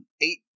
eight